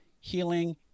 healing